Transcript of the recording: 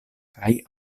kaj